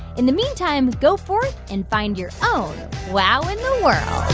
in the meantime, go forth and find your own wow in the world